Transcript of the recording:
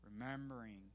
remembering